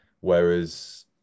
whereas